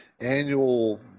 annual